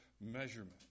measurement